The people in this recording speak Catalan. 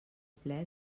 ple